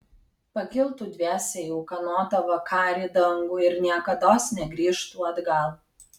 pakiltų dviese į ūkanotą vakarį dangų ir niekados negrįžtų atgal